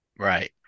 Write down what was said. Right